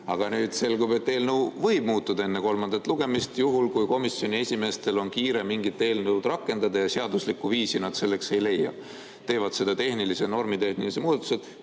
Aga nüüd selgub, et eelnõu võib muutuda enne kolmandat lugemist. Juhul kui komisjoni esimeestel on kiire mingit eelnõu rakendada ja seaduslikku viisi nad selleks ei leia, siis teevad nad sinna normitehnilised muudatused.